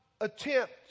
attempt